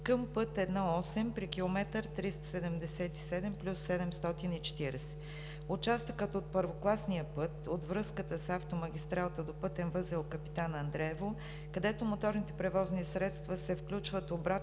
към път I-8 при км 377+740. Участъкът от първокласния път от връзката с автомагистралата до пътен възел „Капитан Андреево“, където моторните превозни средства се включват обратно